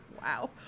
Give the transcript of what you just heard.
Wow